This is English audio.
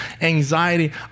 anxiety